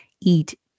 Eat